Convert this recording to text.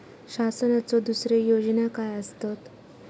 शासनाचो दुसरे योजना काय आसतत?